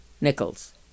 Nichols